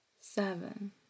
seven